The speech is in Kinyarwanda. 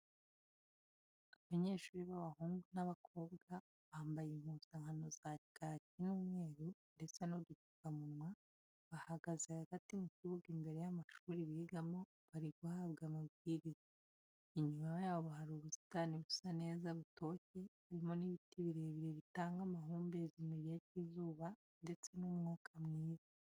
Abanyeshuri b'abahungu n'abakobwa bambaye impuzankano za kaki n'umweru ndetse n'udupfukamunwa, bahagaze hagati mu kibuga imbere y'amashuri bigamo bari guhabwa amabwiriza, inyuma yabo hari ubusitani busa neza butoshye harimo n'ibiti birebire bitanga amahumbezi mu gihe cy'izuba ndetse n'umwuka mwiza.